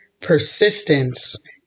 persistence